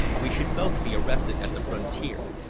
we should both be arrested at the frontier.